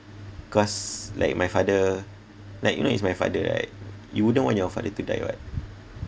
cause like my father like you know it's my father right you wouldn't want your father to die what